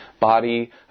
body